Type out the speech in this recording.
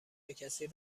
کسی